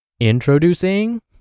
Introducing